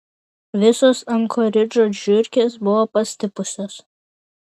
visos ankoridžo žiurkės buvo pastipusios